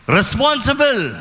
Responsible